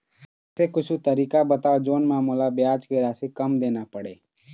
ऐसे कुछू तरीका बताव जोन म मोला ब्याज के राशि कम देना पड़े?